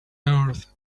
earth